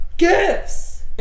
gifts